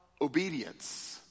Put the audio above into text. obedience